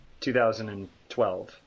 2012